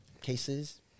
Cases